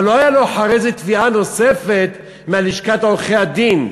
אבל לא היה לו אחרי זה תביעה נוספת מלשכת עורכי-הדין,